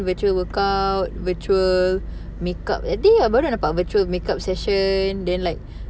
virtual workout virtual makeup I think that day I baru nampak virtual makeup session then like